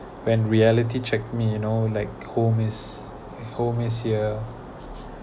when reality check me you know like home miss home miss here